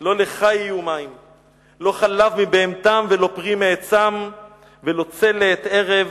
/ לא לך יהיו מים / לא חלב מבהמתם ולא פרי מעצם / ולא צל לעת ערב.